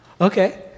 Okay